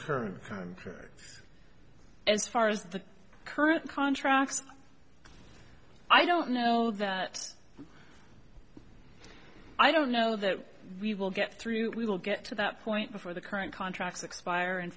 occurred as far as the current contracts i don't know i don't know that we will get through we will get to that point before the current contracts expire in